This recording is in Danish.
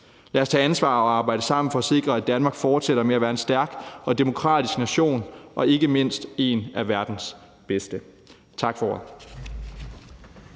Lad os tage ansvar og arbejde sammen for at sikre, at Danmark fortsætter med at være en stærk og demokratisk nation og ikke mindst en af verdens bedste. Tak for